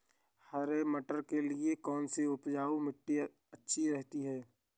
हरे मटर के लिए कौन सी उपजाऊ मिट्टी अच्छी रहती है?